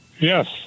Yes